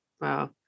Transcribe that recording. Wow